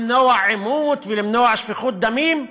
למנוע עימות ולמנוע שפיכות דמים.